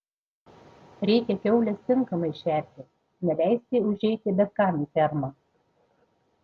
reikia kiaules tinkamai šerti neleisti užeiti bet kam į fermą